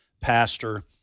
pastor